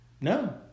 No